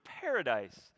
paradise